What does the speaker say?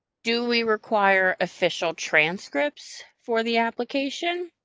do we require official transcripts for the application?